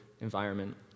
environment